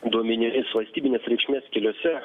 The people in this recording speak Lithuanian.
duomenimis valstybinės reikšmės keliuose